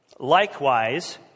Likewise